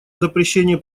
запрещении